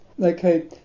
Okay